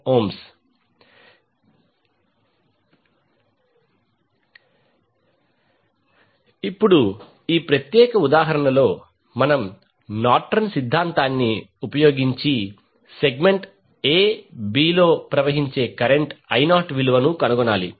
667 ఇప్పుడు ఈ ప్రత్యేక ఉదాహరణలో మనం నార్టన్ సిద్ధాంతాన్ని ఉపయోగించి సెగ్మెంట్ a b లో ప్రవహించే కరెంట్ I0 విలువను కనుగొనాలి